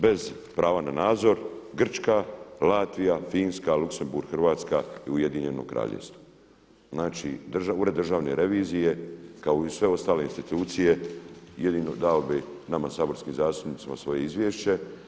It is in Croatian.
Bez prava na nadzor Grčka, Latvija, Finska, Luksemburg, Hrvatska i Ujedinjeno Kraljevstvo, znači ured državne revizije kao i sve ostale institucije jedino dao bi nama saborskim zastupnicima svoje izvješće.